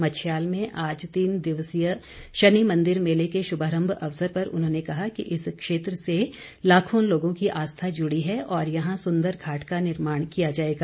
मच्छयाल में आज तीन दिवसीय शनि मन्दिर मेले के शुभारंभ अवसर पर उन्होंने कहा कि इस क्षेत्र से लाखों लोगों की आस्था जुड़ी है और यहां सुंदरघाट का निर्माण किया जाएगा